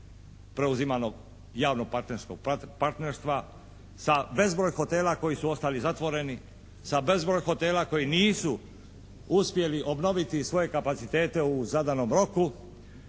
preuzimanog javnog partnerstva sa bezbroj hotela koji su ostali zatvoreni, sa bezbroj hotela koji nisu uspjeli obnoviti i svoje kapaciteta u zadanom roku,